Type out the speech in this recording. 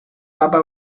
papa